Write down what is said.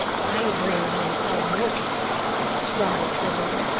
i agree with mrs. cole-mortimer, grumbled briggerland.